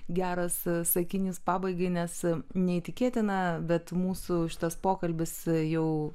geras sakinys pabaigai nes neįtikėtina bet mūsų šitas pokalbis jau